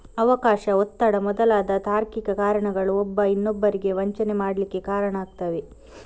ಅವಕಾಶ, ಒತ್ತಡ ಮೊದಲಾದ ತಾರ್ಕಿಕ ಕಾರಣಗಳು ಒಬ್ಬ ಇನ್ನೊಬ್ಬರಿಗೆ ವಂಚನೆ ಮಾಡ್ಲಿಕ್ಕೆ ಕಾರಣ ಆಗ್ತವೆ